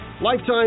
Lifetime